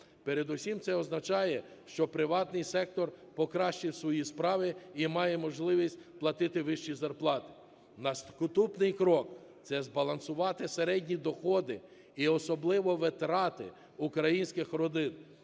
Передусім це означає, що приватний сектор покращив свої справи і має можливість платити вищі зарплати. Наступний крок – це збалансувати середні доходи і особливо витрати українських родин.